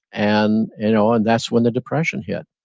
and you know and that's when the depression hit.